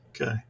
Okay